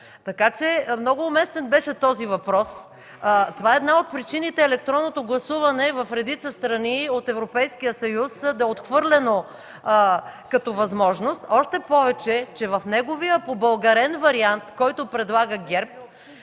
Така че много уместен беше този въпрос. Това е една от причините електронното гласуване в редица страни от Европейския съюз да е отхвърлено като възможност. Още повече, че в неговия побългарен вариант, който предлага ГЕРБ,